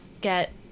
get